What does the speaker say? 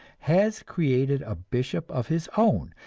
has created a bishop of his own,